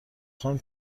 خوام